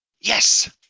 Yes